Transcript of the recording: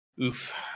Oof